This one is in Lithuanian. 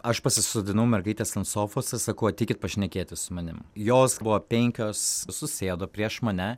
aš pasisodinau mergaites ant sofos ir sakau ateikit pašnekėti su manim jos buvo penkios susėdo prieš mane